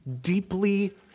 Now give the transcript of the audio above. deeply